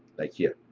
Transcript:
like here,